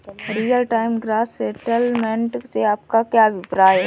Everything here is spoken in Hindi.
रियल टाइम ग्रॉस सेटलमेंट से आपका क्या अभिप्राय है?